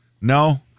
No